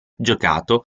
giocato